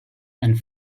and